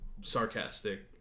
sarcastic